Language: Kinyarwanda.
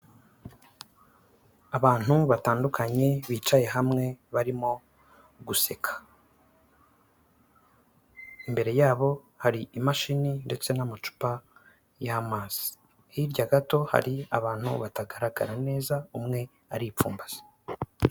Abantu batandukanye bicaye hamwe barimo guseka, imbere yabo hari imashini ndetse n'amacupa y'amazi, hirya gato hari abantu batagaragara neza, umwe aripfumbase.